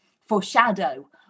foreshadow